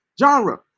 genre